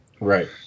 Right